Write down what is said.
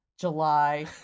July